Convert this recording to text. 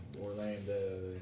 Orlando